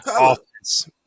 offense